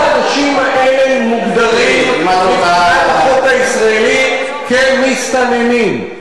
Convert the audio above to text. כל האנשים אלה מוגדרים מבחינת החוק הישראלי כמסתננים.